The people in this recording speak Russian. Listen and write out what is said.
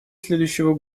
следующего